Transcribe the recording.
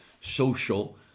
social